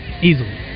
Easily